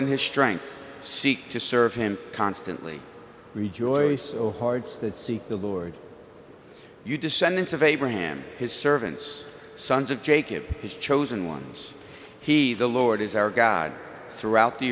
in his strength seek to serve him constantly rejoice so hard so that seek the lord you descendants of abraham his servants sons of jacob his chosen ones he the lord is our god throughout